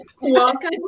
welcome